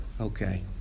okay